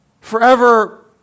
Forever